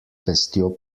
pestjo